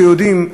כיהודים,